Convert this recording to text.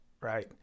right